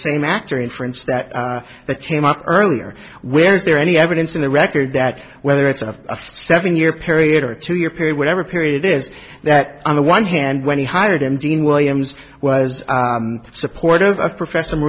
same actor inference that came up earlier where is there any evidence in the record that whether it's a seven year period or a two year period whatever period it is that on the one hand when he hired him dean williams was supportive of profess